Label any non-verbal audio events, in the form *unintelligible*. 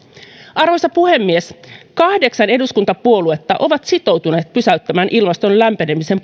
arvoisa puhemies kahdeksan eduskuntapuoluetta on sitoutunut pysäyttämään ilmaston lämpenemisen *unintelligible*